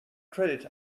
credit